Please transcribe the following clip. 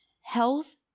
health